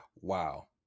Wow